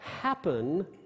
happen